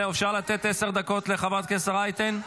אפשר לתת עשר דקות לחברת הכנסת רייטן?